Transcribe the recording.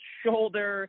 shoulder